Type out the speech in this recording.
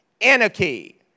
Anarchy